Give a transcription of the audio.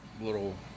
little